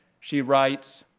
she writes,